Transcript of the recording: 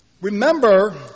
remember